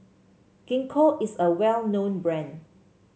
Gingko is a well known brand